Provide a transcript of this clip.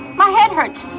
my head hurts.